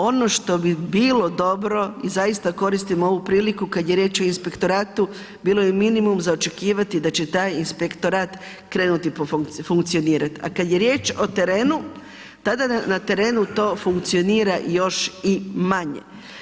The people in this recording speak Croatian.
Ono što bi bil dobro i zaista koristim ovu priliku kad je riječ o inspektoratu, bilo bi minimum za očekivati da će taj inspektorat krenuti funkcionirati a kad je riječ o terenu, tada na terenu to funkcionira još i manje.